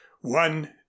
one